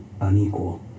unequal